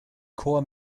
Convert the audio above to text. korps